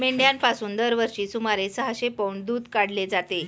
मेंढ्यांपासून दरवर्षी सुमारे सहाशे पौंड दूध काढले जाते